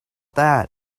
that